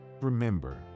remember